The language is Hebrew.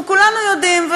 אנחנו כולנו יודעים,